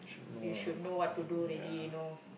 you should know what to do already you know